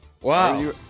Wow